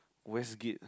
Westgate